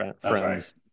friends